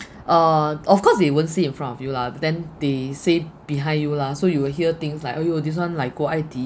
uh of course they won't say in front of you lah then they say it behind you lah so you will hear things like !aiyo! this [one] like go I_T_E